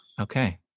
Okay